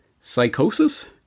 psychosis